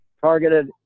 targeted